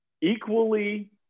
equally